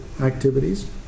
activities